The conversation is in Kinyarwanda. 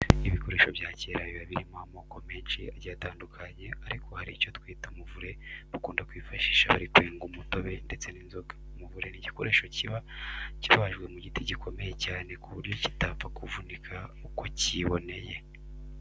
Ibikoresho bya kera biba birimo amoko menshi agiye atandukanye ariko hari icyo twita umuvure bakunda kwifashisha bari kwenga umutobe ndetse n'inzoga. Umuvure ni igikoresho kiba kibajwe mu giti gikomeye cyane ku buryo kitapfa kuvunika uko kiboneye.